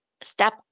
step